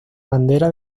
bandera